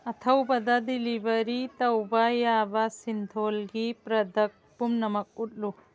ꯑꯊꯧꯕꯗ delivery ꯇꯧꯕ ꯌꯥꯕ ꯁꯤꯟꯊꯣꯜꯒꯤ ꯄ꯭ꯔꯗꯛ ꯄꯨꯝꯅꯃꯛ ꯎꯠꯂꯨ